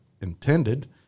intended